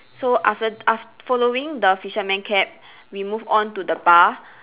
so after af~ following the fisherman cap we move on to the bar